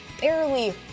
barely